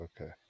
Okay